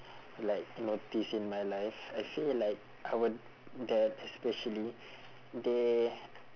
like notice in my life I feel like our dad especially they